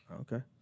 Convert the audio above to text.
Okay